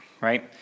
right